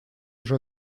уже